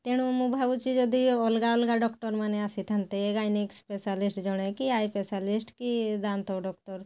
ତେଣୁ ମୁଁ ଭାବୁଛି ଯଦି ଅଲଗା ଅଲଗା ଡକ୍ଟରମାନେ ଆସିଥାନ୍ତେ ଗାଇନିଂ ସ୍ପେଶାଲିଷ୍ଟ ଜଣେ କି ଆଇ ସ୍ପେଶାଲିଷ୍ଟ କି ଦାନ୍ତ ଡକ୍ଟର